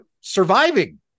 surviving